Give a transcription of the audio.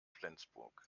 flensburg